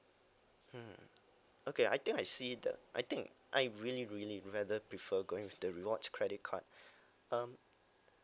mm okay I think I see the I think I really really rather prefer going with the rewards credit card um